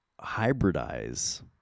hybridize